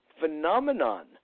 phenomenon